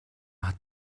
hat